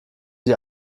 sie